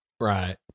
Right